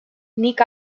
nik